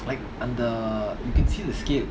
like and the you can see the scale